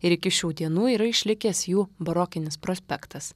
ir iki šių dienų yra išlikęs jų barokinis prospektas